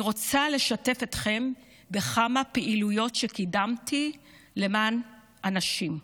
אני רוצה לשתף אתכם בכמה פעילויות שקידמתי למען הנשים.